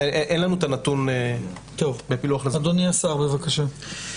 אדוני השר, בבקשה.